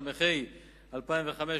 התשס"ה 2005,